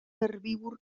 herbívor